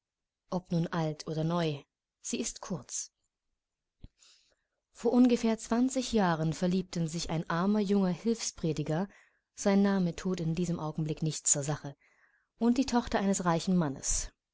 ob nun alt oder neu sie ist kurz vor ungefähr zwanzig jahren verliebte sich ein armer junger hilfsprediger sein name thut in diesem augenblick nichts zur sache in die tochter eines reichen mannes